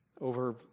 over